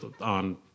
on